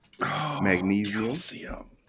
Magnesium